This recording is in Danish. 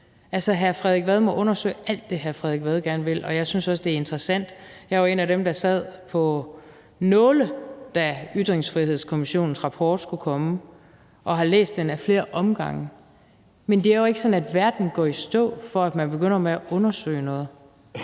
Hr. Frederik Vad må undersøge alt det, hr. Frederik Vad gerne vil, og jeg synes også, det er interessant. Jeg var en af dem, der sad på nåle, da Ytringsfrihedskommissionens rapport skulle komme, og har læst den ad flere omgange. Men det er jo ikke sådan, at verden går i stå, fordi man begynder med at undersøge noget.